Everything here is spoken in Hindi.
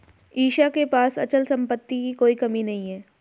ईशा के पास अचल संपत्ति की कोई कमी नहीं है